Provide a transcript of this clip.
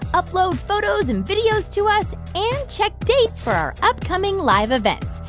upload photos and videos to us and check dates for our upcoming live events.